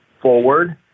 forward